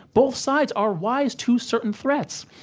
both sides are wise to certain threats,